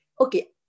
Okay